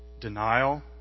denial